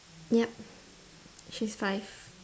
yup she's five